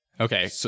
Okay